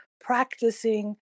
practicing